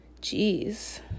Jeez